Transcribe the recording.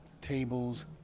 tables